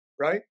right